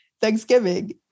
Thanksgiving